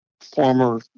former